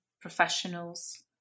professionals